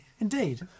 Indeed